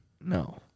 No